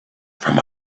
from